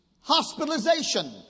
hospitalization